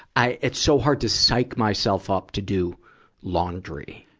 i, it's so hard to psyche myself up to do laundry.